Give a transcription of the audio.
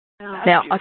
Now